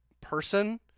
person